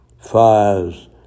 fires